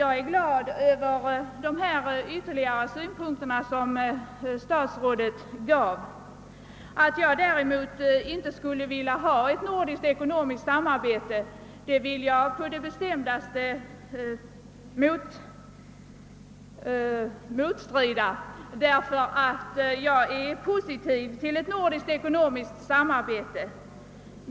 Jag är glad över de ytterligare synpunkter som statsrådet framförde angående kontakt med företrädare för näringen. Att jag inte skulle vilja ha ett nordiskt ekonomiskt samarbete vill jag på det bestämdaste bestrida. Jag är nämligen positivt inställd till ett sådant samarbete.